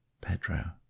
Pedro